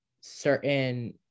certain